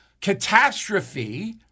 catastrophe